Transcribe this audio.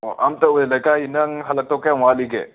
ꯑꯝꯇ ꯑꯣꯏ ꯂꯩꯀꯥꯏꯁꯦ ꯅꯪ ꯍꯜꯂꯛꯇꯧ ꯀꯌꯥꯝ ꯋꯥꯠꯂꯤꯒꯦ